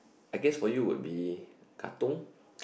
I guess for you would be Katong